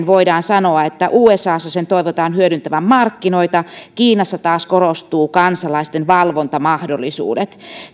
voidaan sanoa että usassa sen toivotaan hyödyntävän markkinoita kiinassa taas korostuu kansalaisten valvontamahdollisuudet